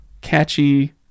catchy